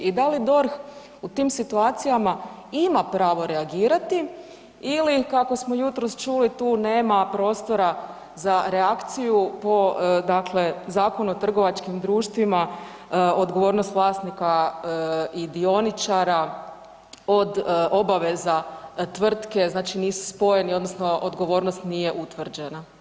I da li DORH u tim situacijama ima pravo reagirati ili kako smo jutros čuli tu nema prostora za reakciju po dakle Zakonu o trgovačkim društvima odgovornost vlasnika i dioničara od obaveza tvrtke znači nisu spojeni odnosno odgovornost nije utvrđena?